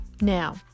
now